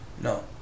No